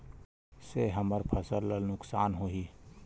से हमर फसल ला नुकसान होही?